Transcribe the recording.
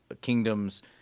kingdoms